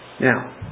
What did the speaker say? Now